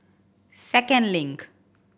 Second Link